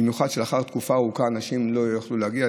במיוחד משום שלאחר תקופה ארוכה אנשים לא יכלו להגיע,